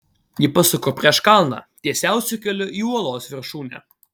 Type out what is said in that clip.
ji pasuko prieš kalną tiesiausiu keliu į uolos viršūnę